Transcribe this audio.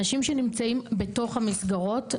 אנשים שנמצאים בתוך המסגרות,